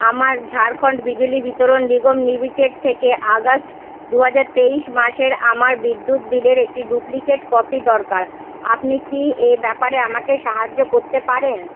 আমার ঝাড়খণ্ড বিজলী বিতরণ নিগম লিমিটেড থেকে অগাস্ট দু হাজার তেইশ মাসের আমার বিদ্যুৎ বিলের একটি ডুপ্লিকেট কপি দরকার আপনি কি এ ব্যাপারে আমাকে সাহায্য করতে পারেন